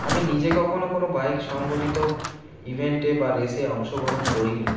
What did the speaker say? আমি নিজে কখনও কোনো বাইক সংগঠিত ইভেন্টে বা রেসে অংশগ্রহণ করিনি